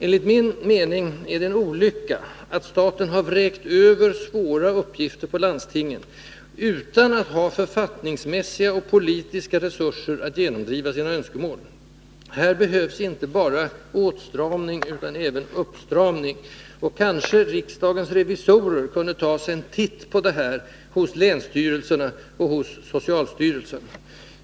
Enligt min mening är det en olycka att staten har vräkt över svåra uppgifter på landstingen utan att ha författningsmässiga och politiska resurser att genomdriva sina önskemål. Här behövs inte åtstramning, utan uppstramning. Kanske riksdagens revisorer kunde ta sig en titt på detta hos länsstyrelserna och hos socialstyrelsen?